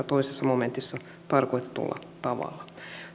toisessa momentissa tarkoitetulla tavalla